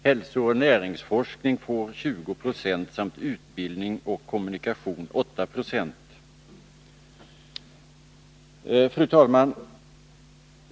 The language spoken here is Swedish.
Hälsooch näringsforskning får 20 96 samt utbildning och kommunikation 8 96. Fru talman!